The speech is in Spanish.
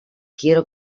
quiero